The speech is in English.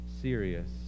serious